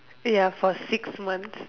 ya for six months